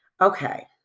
Okay